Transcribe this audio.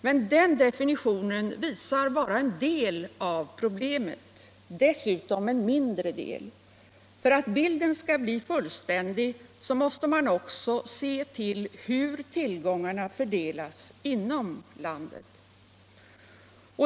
Men den definitionen visar bara en del av problemet, och dessutom en mindre del. För att bilden skall bli fullständig måste man också se ull hur tillgångarna fördelas inom landet.